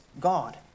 God